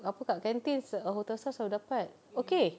apa kat canteen se~ hotel staff selalu dapat okay